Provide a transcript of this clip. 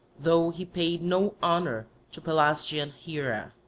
though he paid no honour to pelasgian hera.